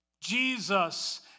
Jesus